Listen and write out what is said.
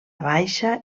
baixa